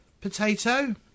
potato